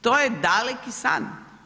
To je daleki san.